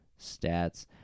stats